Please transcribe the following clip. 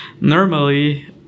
normally